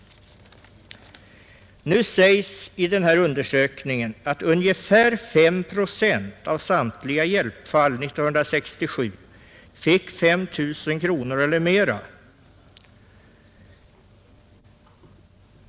I den här undersökningen anförs att ungefär 5 procent av samtliga hjälpfall år 1967 fick 5 000 kronor eller mer.